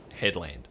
headland